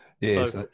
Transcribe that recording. Yes